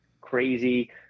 crazy